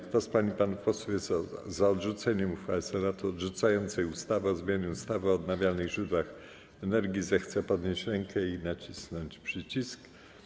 Kto z pań i panów posłów jest za odrzuceniem uchwały Senatu odrzucającej ustawę o zmianie ustawy o odnawialnych źródłach energii, zechce podnieść rękę i nacisnąć przycisk.